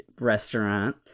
restaurant